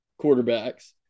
quarterbacks